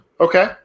Okay